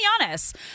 Giannis